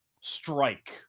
strike